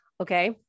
Okay